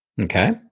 Okay